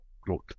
growth